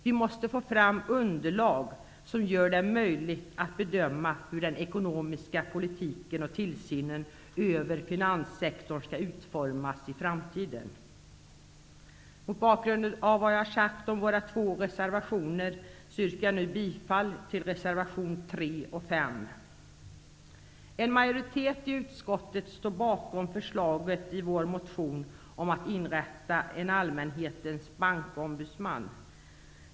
Vi måste få fram underlag som gör det möjligt att bedöma hur den ekonomiska politiken och tillsynen över finanssektorn skall utformas i framtiden. Mot bakgrund av vad jag har sagt om våra två reservationer yrkar jag nu bifall till reservationerna En majoritet i utskottet står bakom förslaget i vår motion om att inrätta en allmänhetens bankombudsman.